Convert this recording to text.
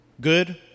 Good